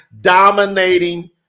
dominating